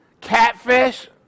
Catfish